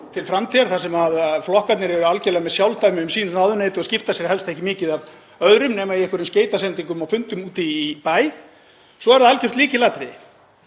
til framtíðar þar sem flokkarnir eiga algerlega sjálfdæmi um sín ráðuneyti og skipta sér helst ekki mikið af öðrum nema í einhverjum skeytasendingum á fundum úti í bæ. Svo er það algjört lykilatriði